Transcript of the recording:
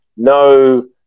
No